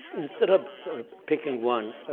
instead of picking one,